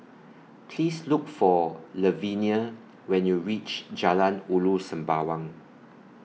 Please Look For Lavenia when YOU REACH Jalan Ulu Sembawang